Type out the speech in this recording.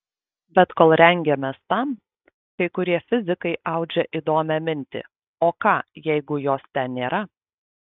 bet kol rengiamės tam kai kurie fizikai audžia įdomią mintį o ką jeigu jos ten nėra